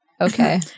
Okay